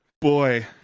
Boy